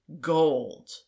Gold